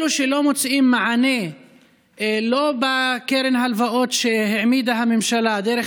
אלו שלא מוצאים מענה לא בקרן ההלוואות שהעמידה הממשלה דרך